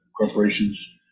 corporations